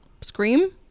scream